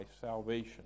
salvation